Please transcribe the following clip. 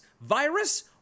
Virus